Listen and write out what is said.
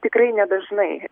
tikrai nedažnai